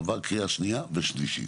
עבר קריאה שנייה ושלישית,